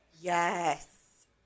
Yes